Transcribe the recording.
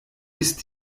ist